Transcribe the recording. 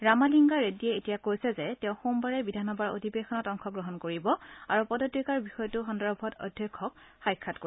ৰামালিংগা ৰেড্ডীয়ে এতিয়া কৈছে যে তেওঁ সোমবাৰে বিধানসভাৰ অধিৱেশনত অংশগ্ৰহণ কৰিব আৰু পদত্যাগৰ বিষয়টো সন্দৰ্ভত অধ্যক্ষক সাক্ষাত কৰিব